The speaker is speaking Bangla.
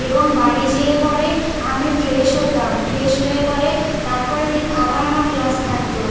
এবং বাড়ি যেয়ে পরে আমি ফ্রেশ হতাম ফ্রেশ হয়ে পরে তারপরের দিন আবার আমার ক্লাস থাকতো